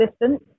distance